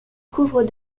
couvrent